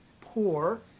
poor